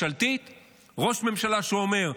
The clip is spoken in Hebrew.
ממשלתית, ראש ממשלה שאומר: